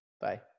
Bye